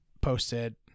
posted